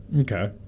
Okay